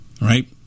Right